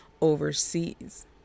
overseas